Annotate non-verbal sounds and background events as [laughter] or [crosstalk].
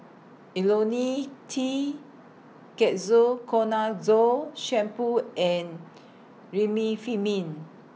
[unintelligible] Lonil T Ketoconazole Shampoo and Remifemin